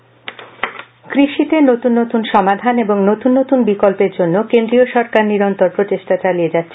কিষাণ সম্মান নিধি কৃষিতে নতুন নতুন সমাধান ও নতুন নতুন বিকল্পের জন্য কেন্দ্রীয় সরকার নিরন্তর প্রচেষ্টা চালিয়ে যাচ্ছে